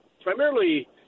primarily